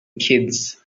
kids